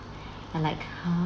I like !huh!